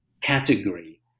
category